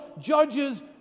judges